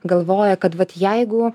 galvoja kad vat jeigu